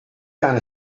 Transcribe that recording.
kind